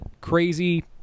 crazy